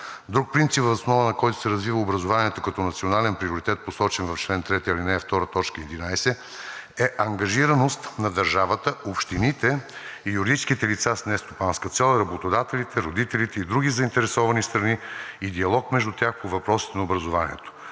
Друг принцип, въз основа на който се развива образованието като национален приоритет, посочен в чл. 3, ал. 2, т. 11, е ангажираност на държавата, общините и юридическите лица с нестопанска цел, работодателите, родителите и други заинтересовани страни и диалог между тях по въпросите на образованието.